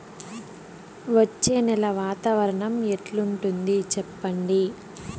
వచ్చే నెల వాతావరణం ఎట్లుంటుంది చెప్పండి?